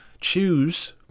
choose